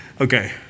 Okay